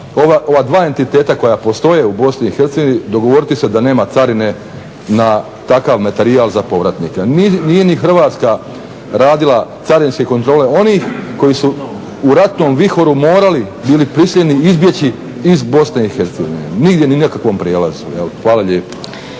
ova dva entiteta koja postoje u Bosni i Hercegovini dogovoriti se da nema carine na takav materijal za povratnike. Nije ni Hrvatska radila carinske kontrole onih koji su u ratnom vihoru morali, bili prisiljeni izbjeći iz Bosne i Hercegovine, nigdje ni nekakvom prijelazu. Hvala lijepa.